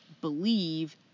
believe